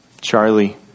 Charlie